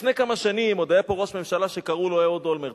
לפני כמה שנים עוד היה פה ראש ממשלה שקראו לו אהוד אולמרט.